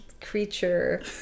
creature